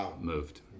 moved